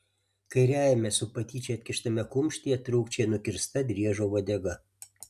kairiajame su patyčia atkištame kumštyje trūkčioja nukirsta driežo uodega